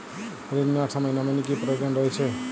ঋণ নেওয়ার সময় নমিনি কি প্রয়োজন রয়েছে?